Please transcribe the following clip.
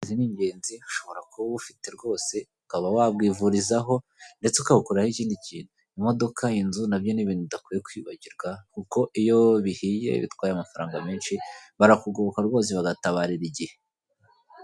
Iyi ni imodoka yifashishwa mu gutwara imizigo irasa umweru, amapine ni umukara, iri mu muhanda ukikijwe n'ibiti birebire binini, bitanga umuyaga n'amahumbezi ku bakoresha aho hantu bose.